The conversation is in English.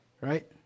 Right